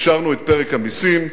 אישרנו את פרק המסים,